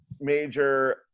major